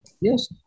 Yes